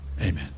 Amen